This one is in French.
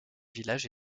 village